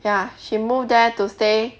ya she moved there to stay